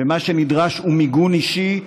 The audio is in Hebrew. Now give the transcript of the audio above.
ומה שנדרש הוא מיגון אישי,